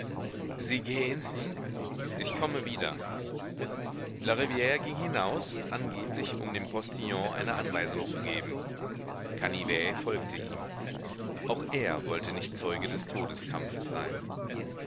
sie gehn ich komme wieder larivire ging hinaus angeblich um dem postillion eine anweisung zu geben canivet folgte ihm auch er wollte nicht zeuge des todeskampfes sein